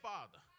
Father